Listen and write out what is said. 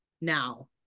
now